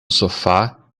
sofá